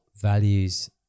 values